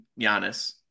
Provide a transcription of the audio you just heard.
Giannis